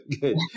good